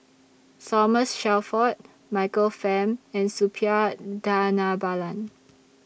Thomas Shelford Michael Fam and Suppiah Dhanabalan